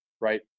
right